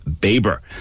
Baber